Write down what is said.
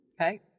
Okay